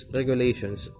regulations